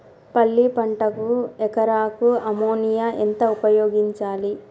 పల్లి పంటకు ఎకరాకు అమోనియా ఎంత ఉపయోగించాలి?